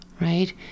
right